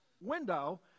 window